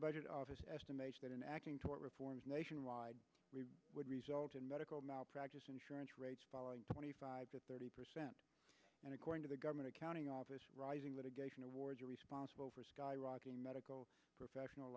budget office estimates that an acting tort reforms nationwide would result in medical malpractise insurance rates falling twenty five to thirty percent and according to the government accounting office rising litigation awards are responsible for skyrocketing medical professional